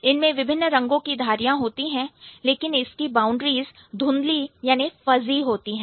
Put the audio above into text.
इनमें विभिन्न रंगों की धारियां होती है लेकिन इसकी बाउंड्रीज़ धुंधली फज़ी होती है